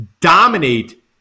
dominate